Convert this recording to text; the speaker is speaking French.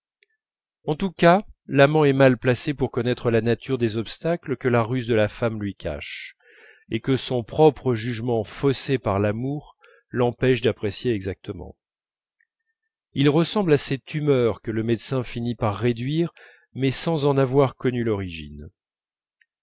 en tous cas l'amant est mal placé pour connaître la nature des obstacles que la ruse de la femme lui cache et que son propre jugement faussé par l'amour l'empêche d'apprécier exactement ils ressemblent à ces tumeurs que le médecin finit par réduire mais sans en avoir connu l'origine